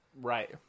Right